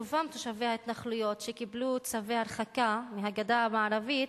רובם תושבי ההתנחלויות שקיבלו צווי הרחקה מהגדה המערבית,